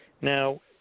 Now